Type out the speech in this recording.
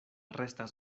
restas